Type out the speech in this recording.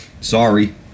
Sorry